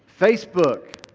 Facebook